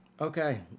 Okay